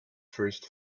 first